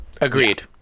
agreed